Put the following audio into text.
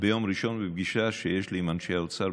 ביום ראשון בפגישה שיש לי עם אנשי האוצר.